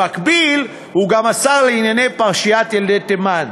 במקביל, הוא גם השר לענייני פרשיית יהודי תימן.